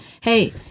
hey